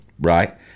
right